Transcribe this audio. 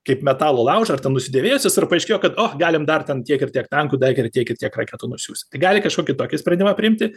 kaip metalo laužą ar ten nusidėvėjusius ar paaiškėjo kado galim dar ten tiek ir tiek tankų dar tiek ir tiek retų nusiųsti tai gali kažkokį tokį sprendimą priimti